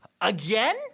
Again